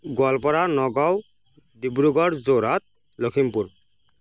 Goalpara Nagaon Dibrugarh Jorhat Lakhimpur